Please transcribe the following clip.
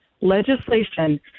legislation